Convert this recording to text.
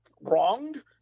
wronged